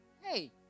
Hey